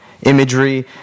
imagery